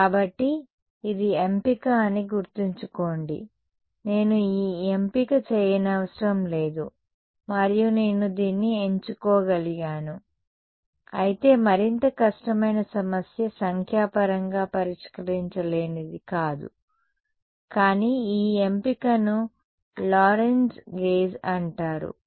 కాబట్టి ఇది ఎంపిక అని గుర్తుంచుకోండి నేను ఈ ఎంపిక చేయనవసరం లేదు మరియు నేను దీన్ని ఎంచుకోగలిగాను అయితే మరింత కష్టమైన సమస్య సంఖ్యాపరంగా పరిష్కరించలేనిది కాదు కానీ ఈ ఎంపికను లోరెంజ్ గేజ్ అంటారు